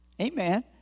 Amen